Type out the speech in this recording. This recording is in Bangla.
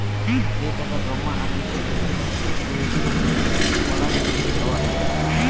যে টাকা জমা আছে সেটোকে রিডিম কুরাং নেওয়াত